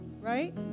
right